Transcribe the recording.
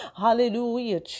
Hallelujah